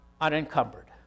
unencumbered